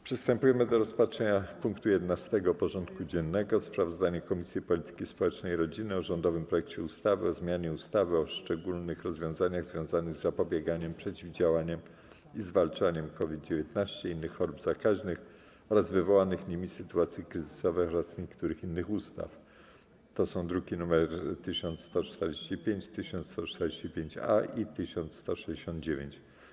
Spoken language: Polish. Przystępujemy do rozpatrzenia punktu 11. porządku dziennego: Sprawozdanie Komisji Polityki Społecznej i Rodziny o rządowym projekcie ustawy o zmianie ustawy o szczególnych rozwiązaniach związanych z zapobieganiem, przeciwdziałaniem i zwalczaniem COVID-19, innych chorób zakaźnych oraz wywołanych nimi sytuacji kryzysowych oraz niektórych innych ustaw (druki nr 1145, 1145-A i 1169)